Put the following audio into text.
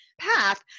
path